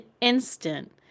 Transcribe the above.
instant